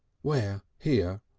where? here?